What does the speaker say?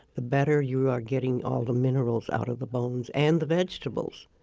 the better you are getting all the minerals out of the bones and the vegetables.